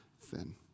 thin